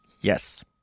Yes